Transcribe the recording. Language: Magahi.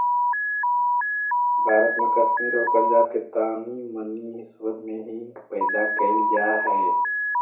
भारत में कश्मीर आउ पंजाब के तानी मनी हिस्सबन में हींग पैदा कयल जा हई